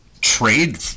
trade